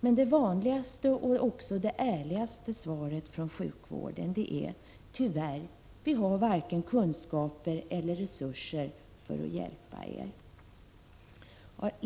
Men det vanligaste och ärligaste svaret är: Tyvärr, vi har varken kunskaper eller resurser för att hjälpa er!